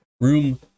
Room